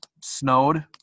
snowed